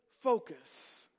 focus